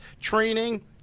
training